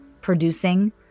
producing